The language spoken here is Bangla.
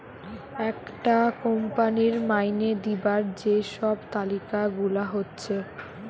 একটা কোম্পানির মাইনে দিবার যে সব তালিকা গুলা হচ্ছে